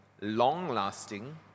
long-lasting